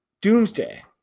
doomsday